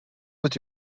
with